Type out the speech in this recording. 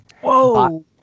Whoa